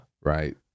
right